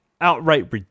outright